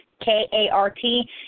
k-a-r-t